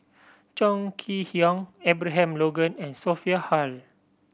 Chong Kee Hiong Abraham Logan and Sophia Hull